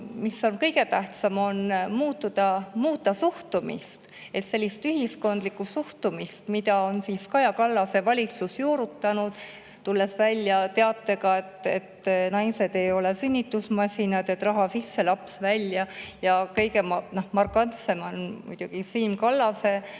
veel. Kõige tähtsam on muuta suhtumist, ühiskondlikku suhtumist, mida Kaja Kallase valitsus juurutas, tulles välja teatega, et naised ei ole sünnitusmasinad, et raha sisse ja laps välja. Kõige markantsem on muidugi Siim Kallase väljaöeldu